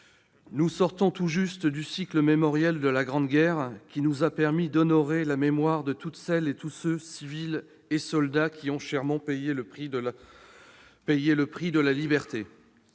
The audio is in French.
nous sortons tout juste du cycle mémoriel de la Grande Guerre, qui nous a permis d'honorer la mémoire de toutes celles et de tous ceux, civils ou soldats, qui ont chèrement payé le prix de la liberté.